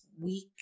week